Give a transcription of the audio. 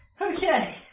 Okay